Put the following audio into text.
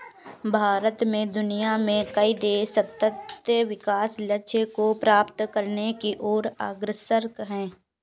भारत और दुनिया में कई देश सतत् विकास लक्ष्य को प्राप्त करने की ओर अग्रसर है